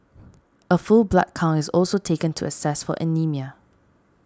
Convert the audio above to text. a full blood count is also taken to assess for anaemia